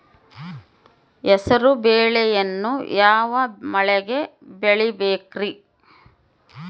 ಹೆಸರುಬೇಳೆಯನ್ನು ಯಾವ ಮಳೆಗೆ ಬೆಳಿಬೇಕ್ರಿ?